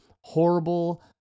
horrible